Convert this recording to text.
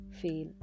fail